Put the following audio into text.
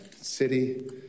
city